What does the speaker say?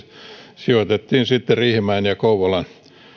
sijoitettiin sitten riihimäen ja kouvolan